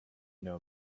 know